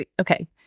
okay